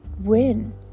win